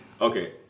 Okay